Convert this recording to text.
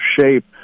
shape